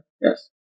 Yes